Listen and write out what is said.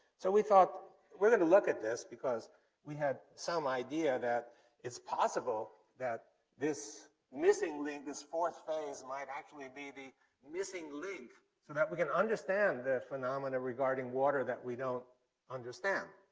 so, we thought we're going to look at this because we had some idea that it's possible that this missing link, this fourth phase, might actually be the missing link so that we can understand the phenomena regarding water that we don't understand.